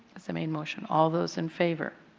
the main motion. all those in favor.